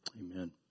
Amen